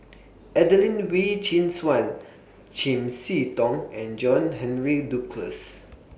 Adelene Wee Chin Suan Chiam See Tong and John Henry Duclos